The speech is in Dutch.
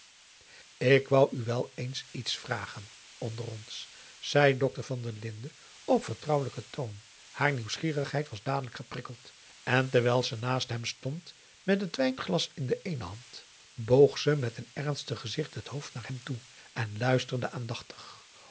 ik wou u wel eens iets vragen onder ons zei dokter van der linden op vertrouwelijken toon haar nieuwsgierigheid was dadelijk geprikkeld en terwijl ze naast hem stond met het wijnglas in de eene hand hoog ze met een ernstig gezicht het hoofd naar hem toe en luisterde aandachtig